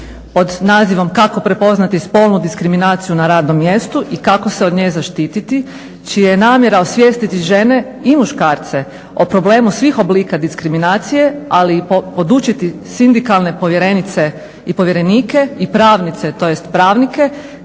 pod nazivom "Kako prepoznati spolnu diskriminaciju na radnom mjestu i kako se od nje zaštititi" čija je namjera osvijestiti žene i muškarce o problemu svih oblika diskriminacije, ali i podučiti sindikalne povjerenice i povjerenike i pravnice tj. pravnike